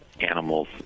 animals